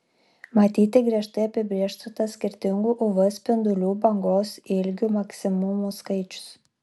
matyti griežtai apibrėžtas skirtingų uv spindulių bangos ilgių maksimumų skaičius